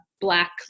black